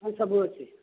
ହଁ ସବୁ ଅଛି